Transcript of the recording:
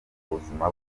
buzima